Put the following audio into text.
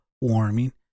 warming